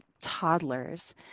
toddlers